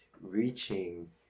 reaching